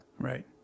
Right